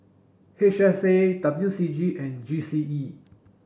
H S A W C G and G C E